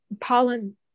pollen